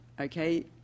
okay